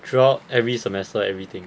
throughout every semester everything